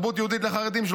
בתרבות יהודית לחרדים,